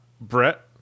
Brett